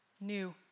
New